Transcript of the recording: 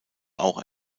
auch